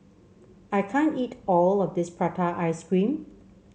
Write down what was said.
I can't eat all of this Prata Ice Cream